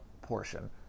portion